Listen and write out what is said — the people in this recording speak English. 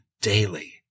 daily